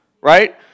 right